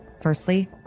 Firstly